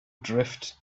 drift